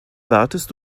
wartest